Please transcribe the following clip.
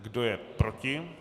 Kdo je proti?